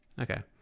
okay